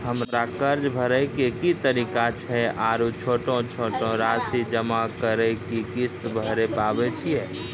हमरा कर्ज भरे के की तरीका छै आरू छोटो छोटो रासि जमा करि के किस्त भरे पारे छियै?